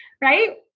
right